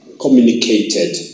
communicated